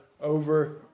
over